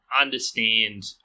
understand